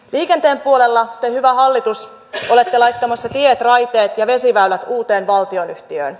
liikenteen puolella te hyvä hallitus olette laittamassa tiet raiteet ja vesiväylät uuteen valtionyhtiöön